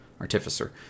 artificer